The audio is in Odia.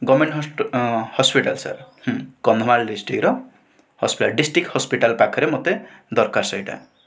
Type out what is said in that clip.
ଗଭର୍ନମେଣ୍ଟ ହସ୍ପିଟାଲ ସାର୍ ହଁ କନ୍ଧମାଳ ଡିଷ୍ଟ୍ରିକର ହସ୍ପିଟାଲ ଡିଷ୍ଟ୍ରିକ ହସ୍ପିଟାଲ ପାଖରେ ମୋତେ ଦରକାର ସେହିଟା